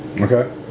Okay